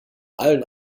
allen